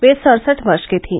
वे सड़सठ वर्ष की थीं